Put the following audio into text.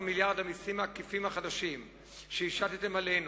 14 מיליארד שקל המסים העקיפים החדשים שהשתתם עלינו,